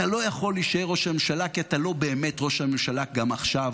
אתה לא יכול להישאר ראש הממשלה כי אתה לא באמת ראש הממשלה גם עכשיו.